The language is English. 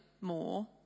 more